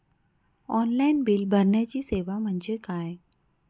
Online bill भरण्याची सेवा म्हणजे काय?